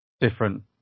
different